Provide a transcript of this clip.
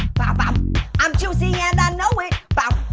bow, bow i'm juicy and i know it bow,